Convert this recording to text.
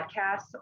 podcasts